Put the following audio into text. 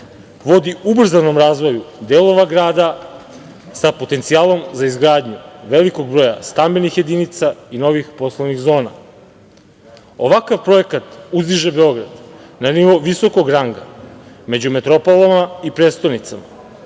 vodi ubrzanom razvoja delova grada sa potencijalom za izgradnju velikog broja stambenih jedinica i novih poslovnih zona. Ovakav projekta uzdiže Beograd na nivo visokog ranga među metropolama i prestonicama